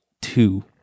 two